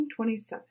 1927